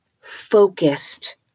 focused